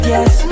Yes